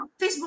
Facebook